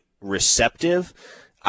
receptive